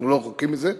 אנחנו לא רחוקים מזה.